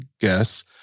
guess